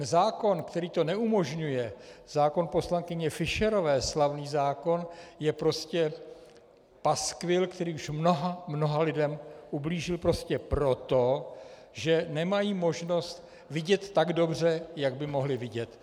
Zákon, který to neumožňuje, zákon poslankyně Fischerové, slavný zákon, je prostě paskvil, který už mnoha, mnoha lidem ublížil prostě proto, že nemají možnost vidět tak dobře, jak by mohli vidět.